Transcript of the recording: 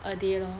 a day lor